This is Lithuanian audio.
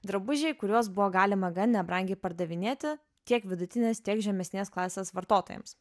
drabužiai kuriuos buvo galima gan nebrangiai pardavinėti tiek vidutinės tiek žemesnės klasės vartotojams